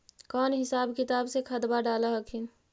कौन हिसाब किताब से खदबा डाल हखिन?